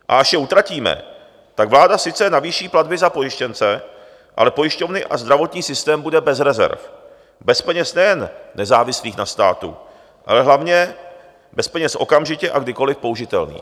A až je utratíme, tak vláda sice navýší platby za pojištěnce, ale pojišťovny a zdravotní systém bude bez rezerv, bez peněz nejen nezávislých na státu, ale hlavně bez peněz okamžitě a kdykoli použitelných.